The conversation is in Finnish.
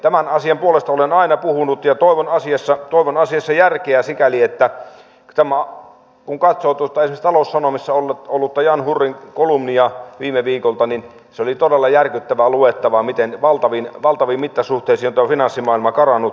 tämän asian puolesta olen aina puhunut ja toivon asiassa järkeä sikäli että kun katsoo tuosta esimerkiksi taloussanomissa ollutta jan hurrin kolumnia viime viikolta niin se oli todella järkyttävää luettavaa miten valtaviin mittasuhteisiin tämä finanssimaailma on karannut